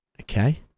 Okay